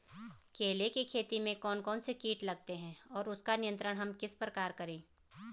केले की खेती में कौन कौन से कीट लगते हैं और उसका नियंत्रण हम किस प्रकार करें?